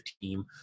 team